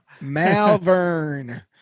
Malvern